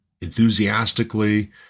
enthusiastically